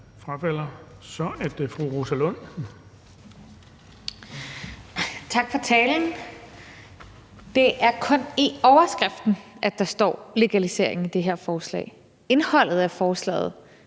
Lund. Kl. 17:11 Rosa Lund (EL): Tak for talen. Det er kun i overskriften, der står en legalisering i det her forslag. Indholdet af forslaget